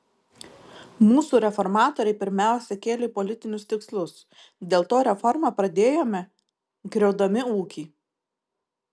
mūsų reformatoriai pirmiausia kėlė politinius tikslus dėl to reformą pradėjome griaudami ūkį